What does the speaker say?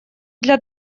для